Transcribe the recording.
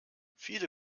viele